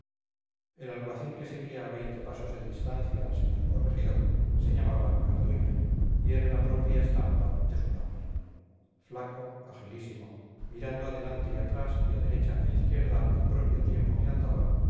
el alguacil que seguía veinte pasos de distancia al señor corregidor se llamaba garduña y era la propia estampa de su nombre flaco agilísimo mirando adelante y atrás y a derecha e izquierda al propio tiempo que andaba